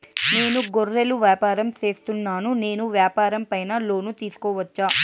నేను గొర్రెలు వ్యాపారం సేస్తున్నాను, నేను వ్యాపారం పైన లోను తీసుకోవచ్చా?